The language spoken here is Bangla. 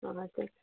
আমাদের